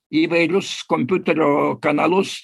įvairius kompiuterio kanalus